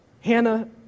Hannah